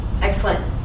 Excellent